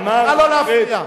נא לא להפריע.